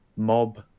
Mob